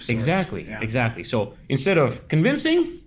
exactly, exactly. so instead of convincing,